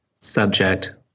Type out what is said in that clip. subject